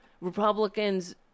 Republicans